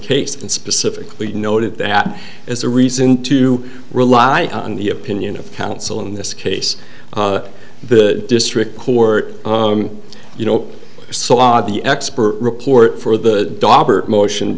case and specifically noted that as a reason to rely on the opinion of counsel in this case the district court you know saw the expert report for the motion